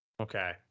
Okay